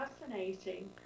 fascinating